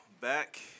back